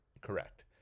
correct